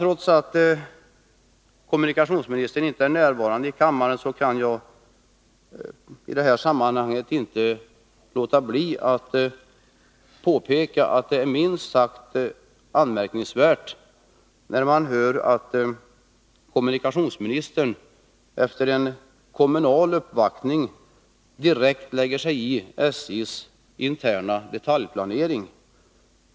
Trots att kommunikationsministern inte är närvarande i kammaren kan jagi detta sammanhang inte låta bli att påpeka att det är minst sagt anmärkningsvärt när man hör att kommunikationsministern efter en kommunal uppvaktning direkt lägger sig i SJ:s interna detaljplanering.